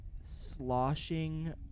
sloshing